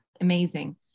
amazing